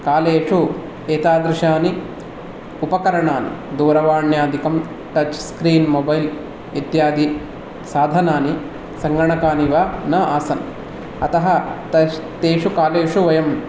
कालेषु एतादृशानि उपकरणानि दूरवाण्यादिकं टच् स्क्रीन् मोबैल् इत्यादि साधनानि सङ्गणकानि वा न आसन् अतः तष् तेषु कालेषु वयं